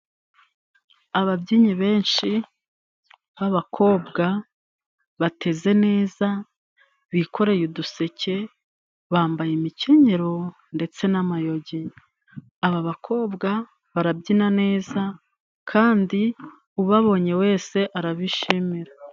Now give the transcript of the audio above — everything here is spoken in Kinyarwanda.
Ababyinnyi benshi b'abakobwa bateze neza, bikoreye uduseke, bambaye imikenyero ndetse n'amayogi. Aba bakobwa barabyina neza kandi ubabonye wese arabishimira.